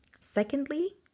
Secondly